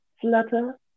flutter